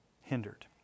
hindered